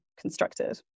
constructed